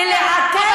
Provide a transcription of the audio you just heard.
עאידה,